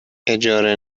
اجاره